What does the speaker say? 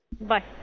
Bye